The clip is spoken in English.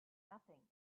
nothing